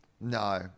No